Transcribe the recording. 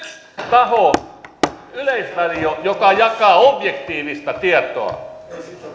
taho yleisradio joka jakaa objektiivista tietoa